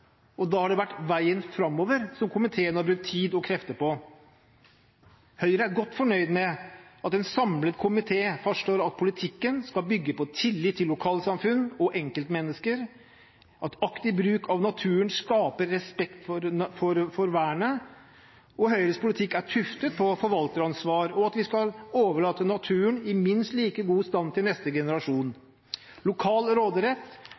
og kunnskapsbehovet, og da har det vært veien framover som komiteen har brukt tid og krefter på. Høyre er godt fornøyd med at en samlet komité fastslår at politikken skal bygge på tillit til lokalsamfunn og enkeltmennesker, og at aktiv bruk av naturen skaper respekt for vernet. Høyres politikk er også tuftet på forvalteransvar, og at vi skal overlate naturen i minst like god stand til neste generasjon. Lokal råderett